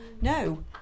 no